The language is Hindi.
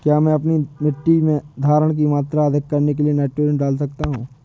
क्या मैं अपनी मिट्टी में धारण की मात्रा अधिक करने के लिए नाइट्रोजन डाल सकता हूँ?